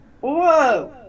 Whoa